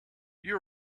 you